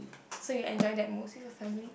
so you enjoy that most with your family